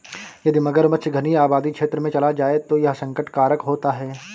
यदि मगरमच्छ घनी आबादी क्षेत्र में चला जाए तो यह संकट कारक होता है